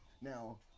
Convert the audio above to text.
Now